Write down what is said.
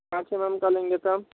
पाँच M M का लेंगे तब